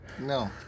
No